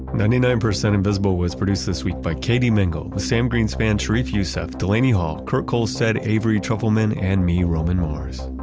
ninety nine percent invisible was produced this week by katie mingle with sam greenspan, sharif youssef, delaney hall, kurt kohlstedt, avery trufelman, and me, roman mars.